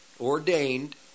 ordained